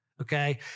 okay